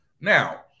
Now